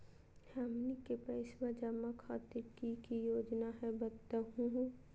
हमनी के पैसवा जमा खातीर की की योजना हई बतहु हो?